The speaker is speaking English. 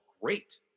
great